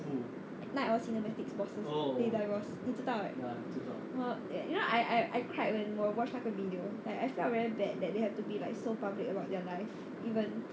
night owl cinematics bosses they divorce 你知道 right !wah! you know I I I cried when 我 watch 那个 video like I felt very bad that they had to be like so public about their life even